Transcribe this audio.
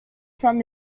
from